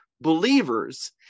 believers